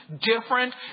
different